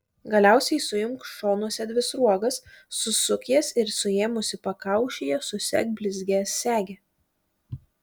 galiausiai suimk šonuose dvi sruogas susuk jas ir suėmusi pakaušyje susek blizgia sege